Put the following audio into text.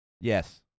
Yes